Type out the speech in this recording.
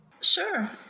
Sure